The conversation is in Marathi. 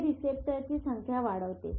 हे रिसेप्टर्सची संख्या वाढवते